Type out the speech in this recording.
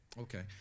Okay